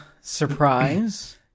surprise